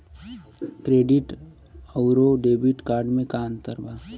Credit अउरो debit card मे का अन्तर बा?